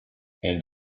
and